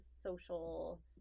social